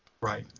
Right